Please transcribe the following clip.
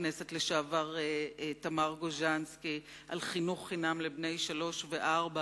הכנסת לשעבר תמר גוז'נסקי על חינוך חינם לבני שלוש-ארבע.